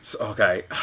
Okay